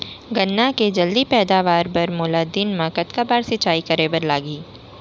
गन्ना के जलदी पैदावार बर, मोला दिन मा कतका बार सिंचाई करे बर लागही?